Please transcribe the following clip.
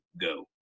go